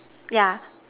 yeah